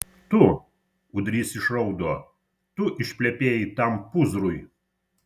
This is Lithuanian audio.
tu ūdrys išraudo tu išplepėjai tam pūzrui